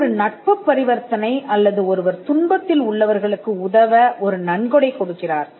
அது ஒரு நட்புப் பரிவர்த்தனை அல்லது ஒருவர் துன்பத்தில் உள்ளவர்களுக்கு உதவ ஒரு நன்கொடை கொடுக்கிறார்